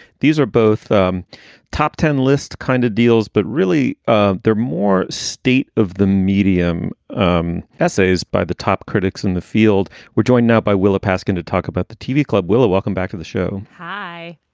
these are both the um top ten list kind of deals, but really ah they're more state of the medium um essays by the top critics in the field. we're joined now by willa paskin to talk about the tv club. willow, welcome back to the show. hi,